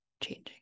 changing